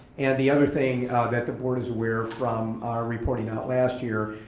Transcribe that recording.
and the other thing that the board is aware, from our reporting out last year,